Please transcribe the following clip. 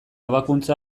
ebakuntza